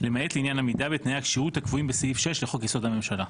למעט לעניין עמידה בתנאי הכשירות הקבועים בסעיף 6 לחוק יסוד: הממשלה.